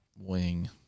wing